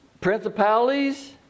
principalities